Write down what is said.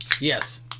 Yes